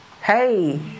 Hey